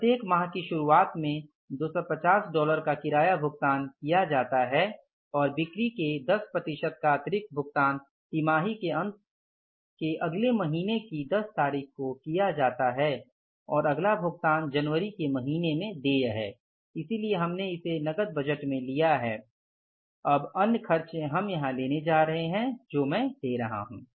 प्रत्येक माह की शुरुआत में 250 डॉलर का किराया भुगतान किया जाता है और बिक्री के 10 प्रतिशत का अतिरिक्त भुगतान तिमाही के अंत के अगले महीने की १० तारीख को किया जाता है और अगला भुगतान जनवरी के महीने में देय है इसलिए हमने इसे नकद बजट में लिया है अब अन्य खर्च हमें यहाँ लेने हैं जो मैं ले रहा हूँ